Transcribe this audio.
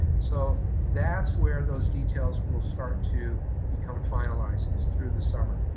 so, that's where those details will start to become finalized is through the summer.